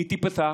היא תיפתח,